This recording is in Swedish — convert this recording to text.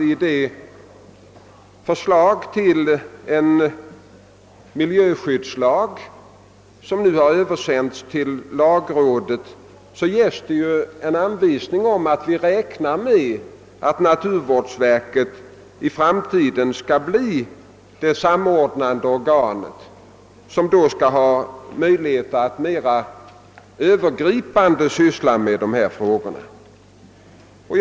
I det förslag till miljöskyddslag som nu översänts till lagrådet ges en anvisning om att naturvårdsverket i framtiden beräknas bli det samordnande organet. Verket skall alltså få möjlighet att mera effektivt syssla med dessa frågor.